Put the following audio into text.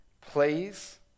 Please